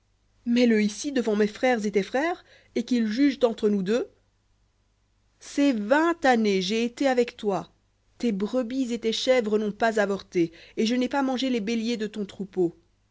mets-le ici devant mes frères et tes frères et qu'ils jugent entre nous deux ces vingt années j'ai été avec toi tes brebis et tes chèvres n'ont pas avorté et je n'ai pas mangé les béliers de ton troupeau